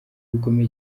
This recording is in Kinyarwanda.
bikomeye